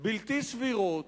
בלתי סבירות,